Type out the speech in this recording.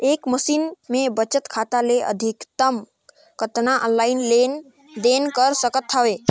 एक महीना मे बचत खाता ले अधिकतम कतना ऑनलाइन लेन देन कर सकत हव?